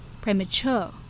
premature